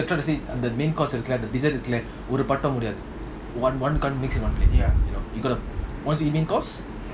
basically you're trying to say main course dessert one one can't mix with one plate you know you got to once you eat main course